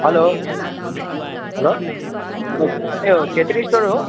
hello hello यो Chhetri store हो